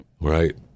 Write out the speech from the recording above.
Right